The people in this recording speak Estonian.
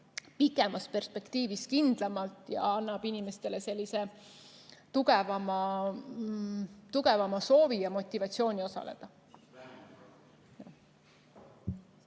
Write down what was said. pikemas perspektiivis kindlamalt ja annab inimestele tugevama soovi ja motivatsiooni osaleda.